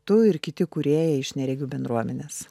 tu ir kiti kūrėjai iš neregių bendruomenės